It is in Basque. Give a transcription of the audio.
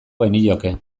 genioke